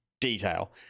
detail